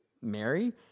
Mary